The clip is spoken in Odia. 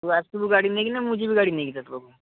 ତୁ ଆସିବୁ ଗାଡ଼ି ନେଇକିନା ମୁଁ ଯିବି ଗାଡ଼ି ନେଇକି ତୋ ପାଖକୁ